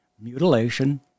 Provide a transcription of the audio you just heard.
mutilation